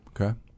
Okay